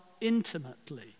intimately